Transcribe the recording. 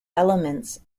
elements